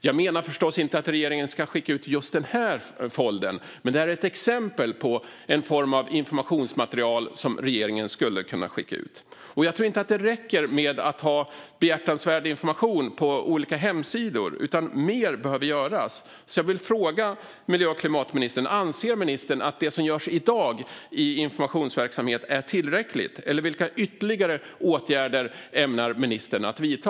Jag menar förstås inte att regeringen ska skicka ut just denna folder, men den är ett exempel på en form av informationsmaterial som regeringen skulle kunna skicka ut. Jag tror inte att det räcker att ha behjärtansvärd information på olika hemsidor, utan mer behöver göras. Jag vill därför fråga miljö och klimatministern om hon anser att den informationsverksamhet som finns i dag är tillräcklig. Vilka ytterligare åtgärder ämnar ministern vidta?